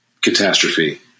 catastrophe